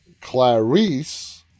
Clarice